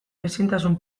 ezintasun